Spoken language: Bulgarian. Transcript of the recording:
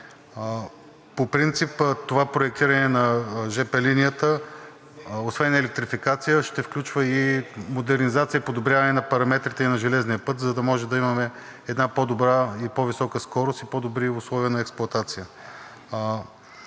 По принцип това проектиране на жп линията, освен електрификация, ще включва и модернизация и подобряване на параметрите и на железния път, за да може да имаме една по-добра и по-висока скорост и по-добри условия на експлоатация.